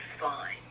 fine